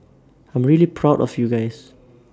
I'm really proud of you guys